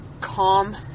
calm